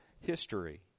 history